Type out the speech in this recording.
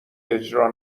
اجرا